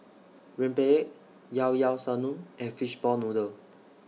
Rempeyek Llao Llao Sanum and Fishball Noodle